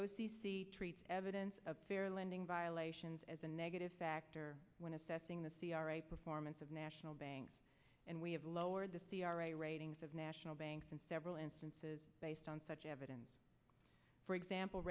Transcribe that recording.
c treats evidence of fair lending violations as a negative factor when assessing the c r a performance of national banks and we have lowered the c r a ratings of national banks in several instances based on such evidence for example